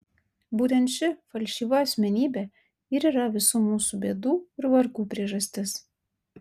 būtent ši falšyva asmenybė ir yra visų mūsų bėdų ir vargų priežastis